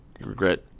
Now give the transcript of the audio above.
regret